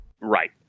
Right